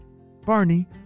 Barney